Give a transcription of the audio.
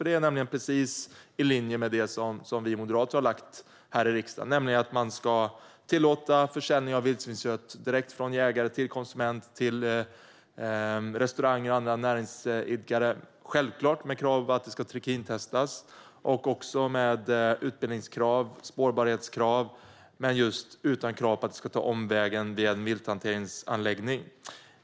Det är nämligen precis i linje med det förslag vi moderater lagt fram här i riksdagen. Det handlar om att man ska tillåta försäljning av vildsvinskött direkt från jägare till konsument, restauranger och andra näringsidkare. Det ska självklart ske med krav att det ska trikintestas och också med utbildningskrav och spårbarhetskrav men utan krav på att det ska ta omvägen via en vilthanteringsanläggning.